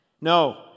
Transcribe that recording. No